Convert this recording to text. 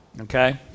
Okay